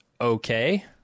okay